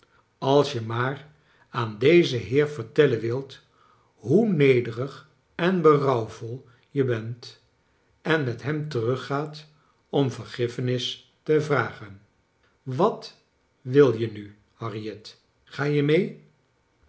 als je maar aan dezen heer vertellen wilt hoe nederig en berouwvol je bent en met hem teruggaat om vergiffenis te vragen wat wil je nu harriet ga je mee